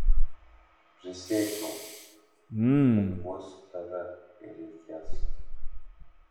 prisiekiau kad guosiu tave kai reikės